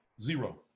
Zero